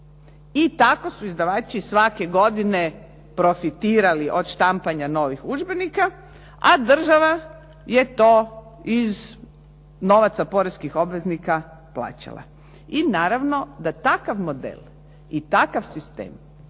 I tako su izdavači svake godine profitirali od štampanja novih udžbenika a država je to iz novaca poreznih obveznika plaćala. I naravno da takav model i takav sistem